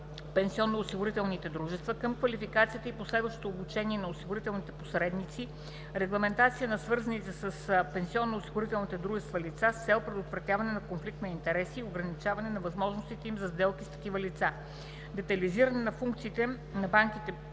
пенсионно-осигурителните дружества, към квалификацията и последващото обучение на осигурителните посредници, регламентация на свързаните с пенсионно-осигурителните дружества лица с цел предотвратяване на конфликт на интереси и ограничаване на възможностите им за сделки с такива лица, детайлизиране на функциите на банките-попечители